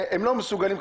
הם לא מסוגלים,